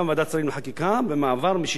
במעבר משיטת הזיכיונות לרשיונות.